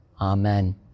Amen